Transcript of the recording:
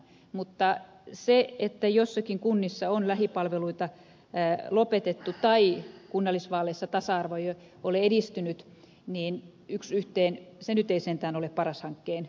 mutta se että joissakin kunnissa on lähipalveluita lopetettu tai kunnallisvaaleissa tasa arvo ei ole edistynyt yksi yhteen nyt ei sentään ole paras hankkeen vika